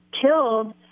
killed